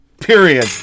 period